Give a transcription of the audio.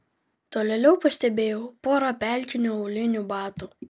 tolėliau pastebėjau porą pelkinių aulinių batų